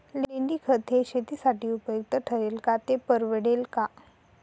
लेंडीखत हे शेतीसाठी उपयुक्त ठरेल का, ते परवडेल का?